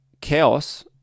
chaos